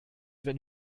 wenn